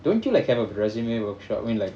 don't you like have a resume workshop I mean like